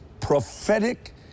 prophetic